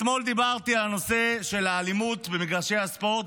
אתמול דיברתי על הנושא של האלימות במגרשי הספורט,